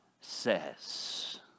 says